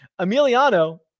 Emiliano